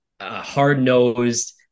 hard-nosed